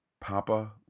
Papa